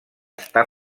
està